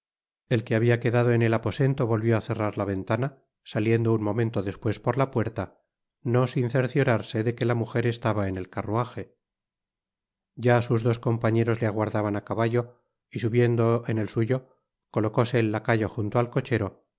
el que habia quedado en el aposento volvió á cerrat la véhtana saliendo un montehto despues por la puerta no sih cerciorarse de que la mujer estaba en el carruaje ya sus dos compañeros te aguardaban á caballo y subiendo en el suyo colocóse el lacayo junto al cochero alejóse á